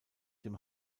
dem